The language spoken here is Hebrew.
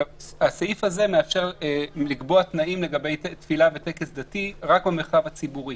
הסעיף הזה מאפשר לקבוע תנאים לגבי תפילה וטקס דתי רק במרחב הציבורי,